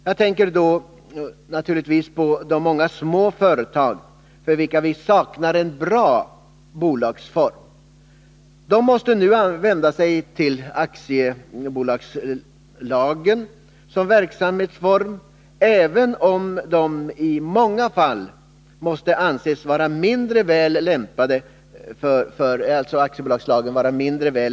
Jag tänker då på de många små företag för vilka vi saknar en bra bolagsform. De måste nu använda sig av aktiebolaget som verksamhetsform, även om denna i många fall måste anses vara mindre väl lämpad för dessa småföretag.